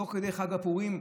תוך כדי חג הפורים?